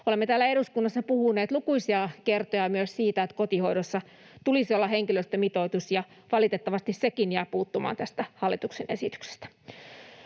Olemme täällä eduskunnassa puhuneet lukuisia kertoja myös siitä, että kotihoidossa tulisi olla henkilöstömitoitus, ja valitettavasti sekin jää puuttumaan tästä hallituksen esityksestä.